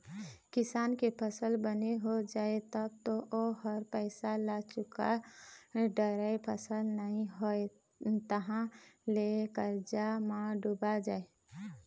किसान के फसल बने हो जाए तब तो ओ ह पइसा ल चूका डारय, फसल नइ होइस तहाँ ले करजा म डूब जाए